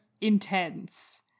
intense